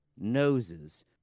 noses